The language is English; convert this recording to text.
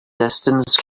distance